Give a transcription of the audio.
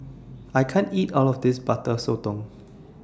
I can't eat All of This Butter Sotong